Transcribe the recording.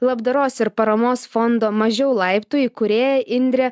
labdaros ir paramos fondo mažiau laiptų įkūrėja indrė